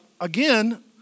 again